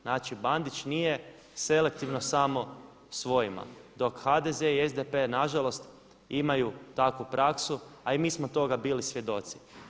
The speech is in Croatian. Znači, Bandić nije selektivno samo svojima dok HDZ i SDP na žalost imaju takvu praksu a i mi smo toga bili svjedoci.